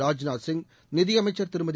ராஜ்நாத் சிங் நிதியமைச்சர் திருமதி